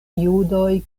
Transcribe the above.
judoj